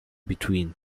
between